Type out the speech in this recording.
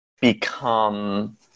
become